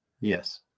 Yes